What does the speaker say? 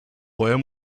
vorher